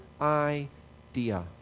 idea